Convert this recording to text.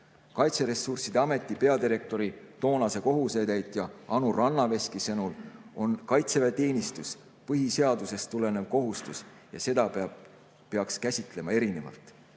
Kaitseressursside Ameti peadirektori toonase kohusetäitja Anu Rannaveski sõnul on kaitseväeteenistus põhiseadusest tulenev kohustus ja seda peaks käsitlema erinevalt.